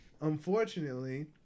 unfortunately